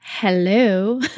Hello